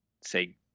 say